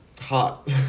Hot